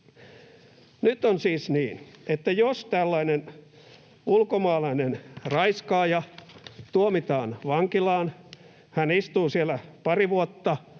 Nyt on siis niin, että jos tällainen ulkomaalainen raiskaaja tuomitaan vankilaan, hän istuu siellä pari vuotta